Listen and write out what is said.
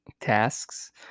tasks